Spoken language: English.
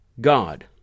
God